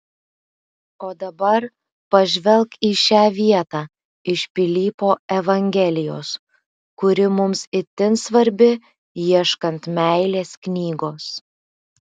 o dabar pažvelk į šią vietą iš pilypo evangelijos kuri mums itin svarbi ieškant meilės knygos